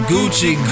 Gucci